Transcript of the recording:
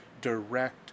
direct